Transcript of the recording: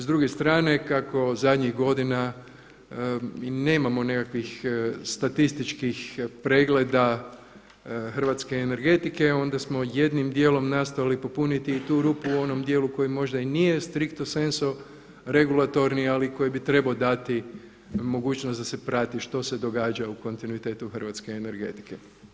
S druge strane kako zadnjih godina i nemamo nekakvih statističkih pregleda hrvatske energetike onda smo jednim dijelom nastojali popuniti i tu rupu u onom dijelu koji možda i nije stricto senso regulatorni ali koji bi trebao dati mogućnost da se prati što se događa u kontinuitetu hrvatske energetike.